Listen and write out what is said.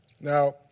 Now